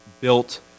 built